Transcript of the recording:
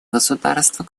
государства